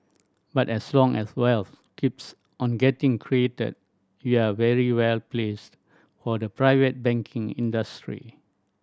but as long as wealth keeps on getting created we are very well placed for the private banking industry